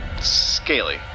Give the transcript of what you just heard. scaly